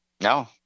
No